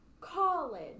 college